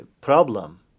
problem